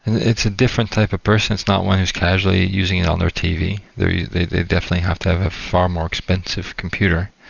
it's a different type of person. it's not one who's casually using it on their tv. yeah they they definitely have to have ah far more expensive computer.